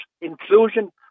inclusion